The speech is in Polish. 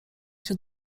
się